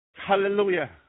Hallelujah